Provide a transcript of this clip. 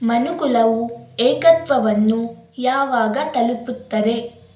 ಮನುಕುಲವು ಏಕತ್ವವನ್ನು ಯಾವಾಗ ತಲುಪುತ್ತದೆ